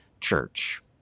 Church